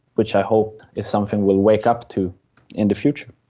which i hope is something will wake up to in the future.